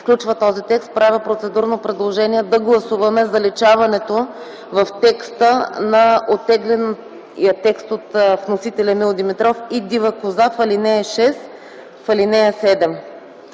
включва този текст, правя процедурно предложение да гласуваме заличаването в текста на оттегления текст от вносителя Емил Димитров „и дива коза” в ал. 6 и ал. 7.